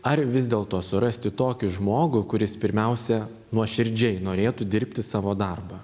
ar vis dėlto surasti tokį žmogų kuris pirmiausia nuoširdžiai norėtų dirbti savo darbą